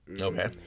Okay